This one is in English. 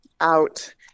out